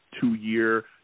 two-year